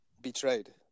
Betrayed